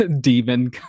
demon